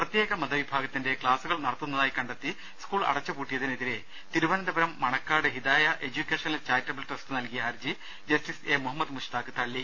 പ്രത്യേക മതവിഭാഗത്തിന്റെ ക്ലാസുകൾ നടത്തുന്നതായി കണ്ടെത്തി സ്കൂൾ അടച്ചുപൂട്ടിയതിന് എതിരെ Thiruvananthapuram Manacaud Hidaya educational charitable trust നൽകിയ ഹരജി ജസ്റ്റിസ് എ മുഹമ്മദ് മുഷ്താഖ് തള്ളി